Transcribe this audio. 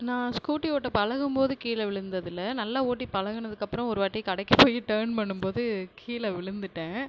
நான் ஸ்கூட்டி ஓட்டப் பழகும்போது கீழே விழுந்தது இல்லை நல்லா ஓட்டிப் பழகுனத்துக்கு அப்புறம் ஒரு வாட்டி கடைக்கு போய் டேர்ன் பண்ணும் போது கீழே விழுந்துட்டேன்